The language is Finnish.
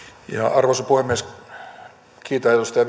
arvoisa puhemies kiitän edustaja